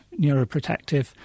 neuroprotective